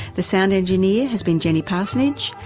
the sound engineer has been jenny parsonage,